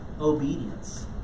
obedience